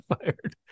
fired